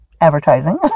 advertising